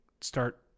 start-